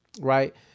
right